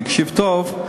תקשיב טוב,